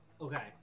Okay